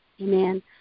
amen